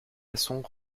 maçons